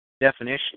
definition